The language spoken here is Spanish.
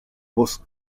voz